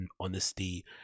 honesty